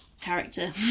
character